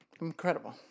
Incredible